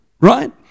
right